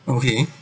okay